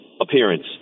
appearance